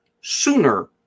sooner